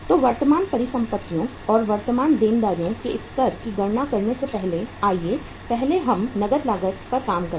तो वर्तमान परिसंपत्तियों और वर्तमान देनदारियों के स्तर की गणना करने से पहले आइए पहले हम नकद लागत पर काम करें